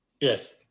Yes